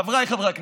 חבריי חברי הכנסת,